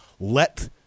let